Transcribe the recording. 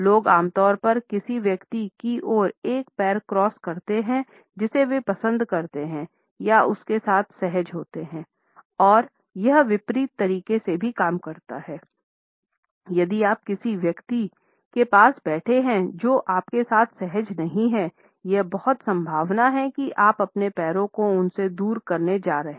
लोग आमतौर पर किसी ऐसे व्यक्ति की ओर एक पैर क्रॉस करते हैं जिसे वे पसंद करते हैं या उसके साथ सहज होते हैं और यह विपरीत तरीके से भी काम करता है यदि आप किसी ऐसे व्यक्ति के पास बैठे हैं जो आप के साथ सहज नहीं हैं यह बहुत संभावना है कि आप अपने पैर को उनसे दूर करने जा रहे हैं